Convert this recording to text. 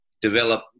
develop